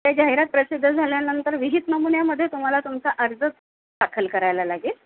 ते जाहिरात प्रसिद्ध झाल्यानंतर विहित नमुन्यामध्ये तुम्हाला तुमचा अर्ज दाखल करायला लागेल